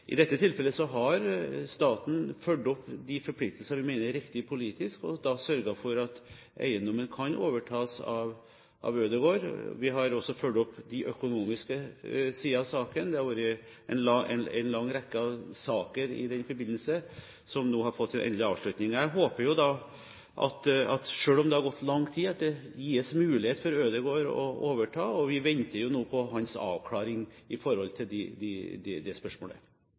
I dette tilfellet har staten fulgt opp de forpliktelser vi mener er riktig politisk, og sørget for at eiendommen kan overtas av Ødegård. Vi har også fulgt opp de økonomiske sidene av saken – det har vært en lang rekke saker i den forbindelse, som nå har fått sin endelige avslutning. Jeg håper, selv om det har gått langt tid, at det gis mulighet for Ødegård til å overta, og vi venter jo nå på hans avklaring i